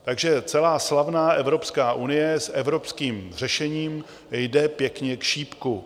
Takže celá slavná Evropská unie s evropským řešením jde pěkně k šípku.